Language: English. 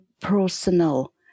personal